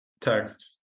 Text